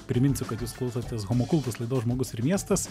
priminsiu kad jūs klausotės homokultus laidos žmogus ir miestas